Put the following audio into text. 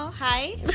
Hi